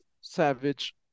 savage